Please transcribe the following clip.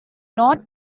not